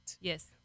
Yes